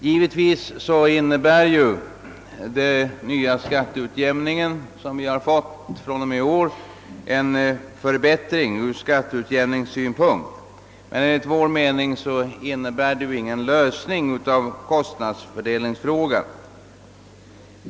Givetvis inne bär det nya skatteutjämningssystem som vi har fått i år en förbättring ur skatteutjämningssynpunkt men enligt vår mening innebär det ingen lösning av kostnadsfördelningsfrågan.